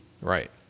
Right